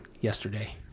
yesterday